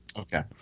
Okay